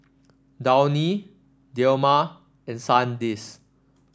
Downy Dilmah and Sandisk